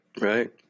right